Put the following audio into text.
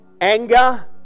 Anger